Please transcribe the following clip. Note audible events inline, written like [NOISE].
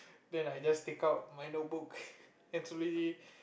then I just take out my notebook [LAUGHS] and slowly